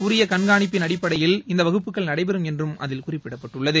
உரிய கண்காணிப்பின் அடிப்படையில் இந்த வகுப்புகள் நடைபெறும் என்றும் அதில் குறிப்பிடப்பட்டுள்ளது